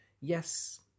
Yes